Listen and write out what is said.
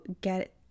get